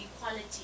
equality